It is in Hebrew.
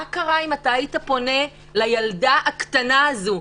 מה קרה אם היית פונה לילדה הקטנה הזו,